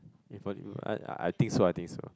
yeah for this I I think so I think so